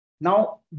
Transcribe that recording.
Now